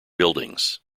buildings